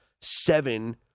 seven